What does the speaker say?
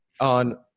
on